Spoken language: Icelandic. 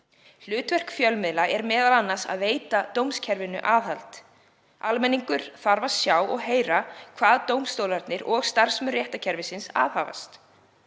Hlutverk fjölmiðla er meðal annars að veita dómskerfinu aðhald. Almenningur þarf að sjá og heyra hvað dómstólarnir og starfsmenn réttarkerfisins aðhafast.